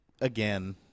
again